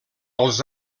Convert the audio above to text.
els